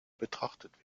betrachtet